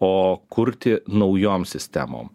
o kurti naujom sistemom